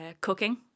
Cooking